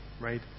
right